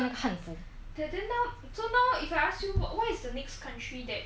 because I never go before only one month is because of work and that [one] is like ugh